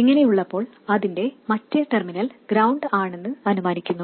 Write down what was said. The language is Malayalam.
ഇങ്ങനെയുള്ളപ്പോൾ അതിന്റെ മറ്റേ ടെർമിനൽ ഗ്രൌണ്ട് ആണെന്ന് അനുമാനിക്കുന്നു